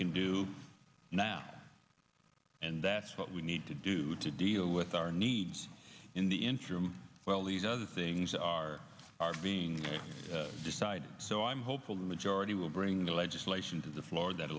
can do now and that's what we need to do to deal with our needs in the interim well these other things are being decided so i'm hopeful the majority will bring the legislation to the floor that